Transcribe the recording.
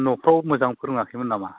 न'फोराव मोजाङै फोरोङाखैमोन नामा